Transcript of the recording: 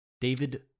David